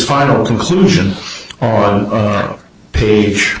final conclusion on page